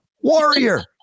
warrior